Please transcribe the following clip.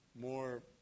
more